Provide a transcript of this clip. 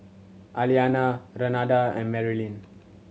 Aliana Renada and Marylin